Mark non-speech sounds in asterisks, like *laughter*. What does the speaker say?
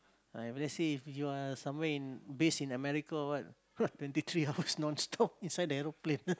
ah if let's say if you are somewhere in based in America or what *noise* twenty three hours non-stop inside the aeroplane